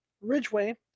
Ridgeway